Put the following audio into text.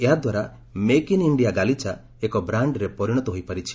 ଏହା ଦ୍ୱାରା make in India ଗାଲିଚା ଏକ ବ୍ରାଣ୍ଡରେ ପରିଣତ ହୋଇପାରିଛି